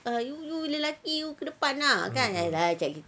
ah you you lelaki you ke depan ah kan